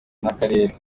n’akarere